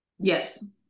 Yes